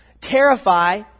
terrify